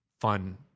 fun